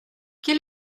quel